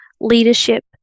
leadership